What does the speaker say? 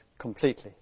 completely